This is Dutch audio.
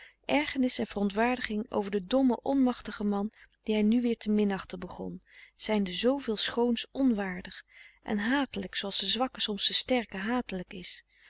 ergernis en verontwaardiging over den dommen onmachtigen man dien hij nu weer te minachten begon zijnde zooveel schoons onwaardig en hatelijk zooals de zwakke soms den sterken hatelijk is